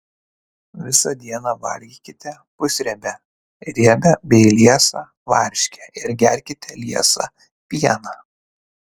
visą dieną valgykite pusriebę riebią bei liesą varškę ir gerkite liesą pieną